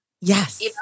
Yes